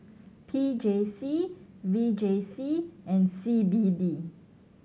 P J C V J C and C B D